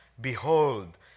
behold